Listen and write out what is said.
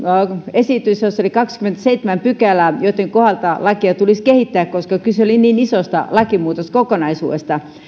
esitys jossa oli kaksikymmentäseitsemän pykälää joitten kohdalta lakia tulisi kehittää koska kyse oli niin isosta lakimuutoskokonaisuudesta